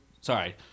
sorry